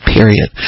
Period